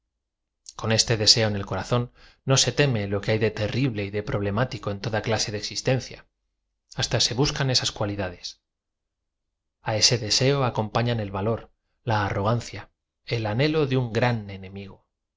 con este deseo en el corazón no se teme lo que h ay de terrible y de problemático en toda ola se de ezútencia hasta se buscan esas cualidades ese deseo acompañan el valor la arrogancia el an helo de un gran enemigo